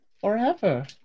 forever